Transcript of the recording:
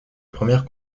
première